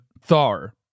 Thar